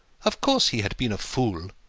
of course he had been a fool.